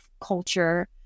culture